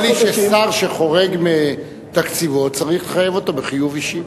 נדמה לי ששר שחורג מתקציבו צריך לחייב אותו בחיוב אישי.